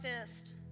fist